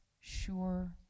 sure